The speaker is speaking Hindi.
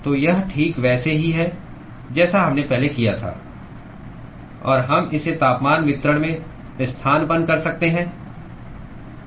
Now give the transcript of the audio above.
तो यह ठीक वैसा ही है जैसा हमने पहले किया था और हम इसे तापमान वितरण में स्थानापन्न कर सकते हैं